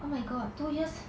oh my god two years